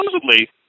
Supposedly